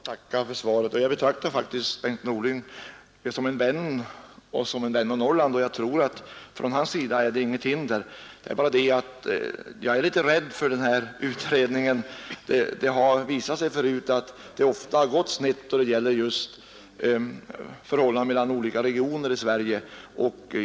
Fru talman! Jag ber att få tacka för svaret. Jag betraktar faktiskt Bengt Norling som en vän — och som en vän av Norrland — och jag tror att från hans sida är det inget hinder. Det är bara det att jag är litet rädd för den här utredningen. Det har visat sig förut att det ofta har gått snett då det gäller förhållandet mellan olika regioner i Sverige.